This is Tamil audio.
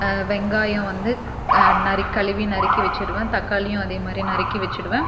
வெங்காயம் வந்து நறுக்கி கழுவி நறுக்கி வச்சுடுவேன் தக்காளியும் அதே மாதிரி நறுக்கி வச்சுடுவேன்